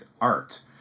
art